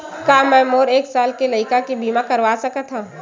का मै मोर एक साल के लइका के बीमा करवा सकत हव?